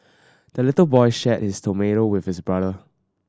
the little boy shared his tomato with his brother